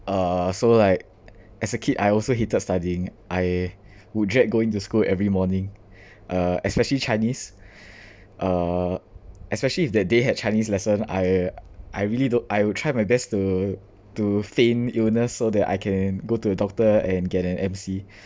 uh so like as a kid I also hated studying I would dread going to school every morning uh especially chinese uh especially if that day had chinese lesson I I really don't I will try my best to to feign illness so that I can go to the doctor and get an M_C